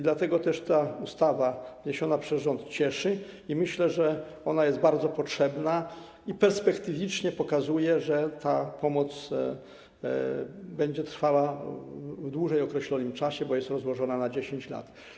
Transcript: Dlatego też ta ustawa wniesiona przez rząd cieszy i myślę, że jest bardzo potrzebna i perspektywicznie pokazuje, że ta pomoc będzie trwała w określonym, dłuższym czasie, bo jest rozłożona na 10 lat.